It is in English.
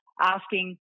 asking